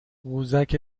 قوزک